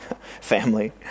family